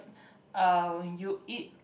uh you eat